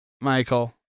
Michael